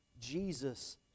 Jesus